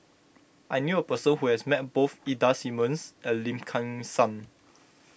I knew a person who has met both Ida Simmons and Lim Kim San